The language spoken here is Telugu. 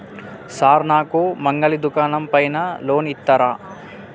సార్ నాకు మంగలి దుకాణం పైన లోన్ ఇత్తరా?